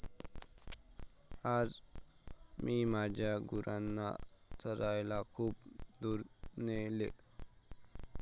आज मी माझ्या गुरांना चरायला खूप दूर नेले